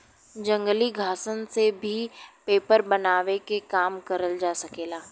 जंगली घासन से भी पेपर बनावे के काम करल जा सकेला